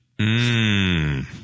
Mmm